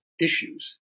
issues